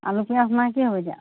আলু পিয়াজ নাই কি হ'ব এতিয়া